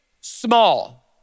small